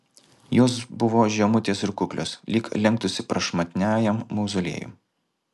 jos buvo žemutės ir kuklios lyg lenktųsi prašmatniajam mauzoliejui